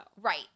Right